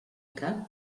cap